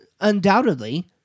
undoubtedly